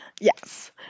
Yes